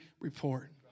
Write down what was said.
report